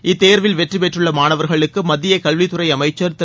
இததேர்வில் வெற்றி பெற்றுள்ள மாணவர்களுக்கு மத்திய கல்வித்தறை அமைச்சர் திரு